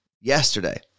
yesterday